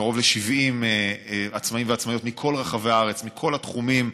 קרוב ל-70 עצמאים ועצמאיות מכל רחבי הארץ מכל התחומים.